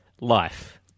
Life